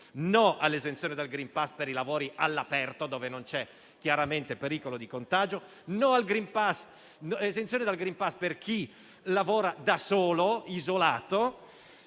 no all'esenzione dal *green pass* per i lavori all'aperto, dove non c'è pericolo di contagio; no all'esenzione dal *green pass* per chi lavora da solo, isolato;